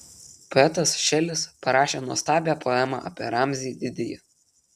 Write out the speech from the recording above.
poetas šelis parašė nuostabią poemą apie ramzį didįjį